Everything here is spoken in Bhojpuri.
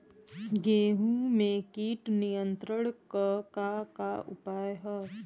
गेहूँ में कीट नियंत्रण क का का उपाय ह?